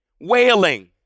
wailing